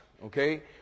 Okay